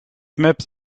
maps